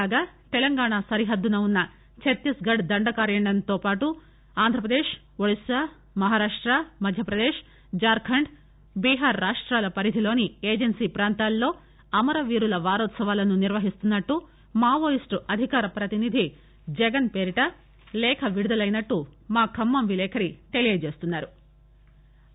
కాగా తెలంగాణ సరిహద్దున ఉన్న చత్తీస్గడ్ దండకారణ్యంతో పాటు ఆంధ్రప్రదేశ్ ఒరిస్సా మహారాష్ట మధ్యప్రదేశ్ జార్కండ్ బీహార్ రాష్టాల పరిధిలోని ఏజెన్సీ ప్రాంతాల్లో అమరవీరుల వారోత్సవాలను నిర్వహిస్తున్నట్లు మావోయిస్టు అధికార ప్రతినిధి జగన్ పేరిట లేఖ విడుదలైనట్లు మా ఖమ్మం విలేకరి తెలియజేస్తున్నారు